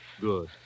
Good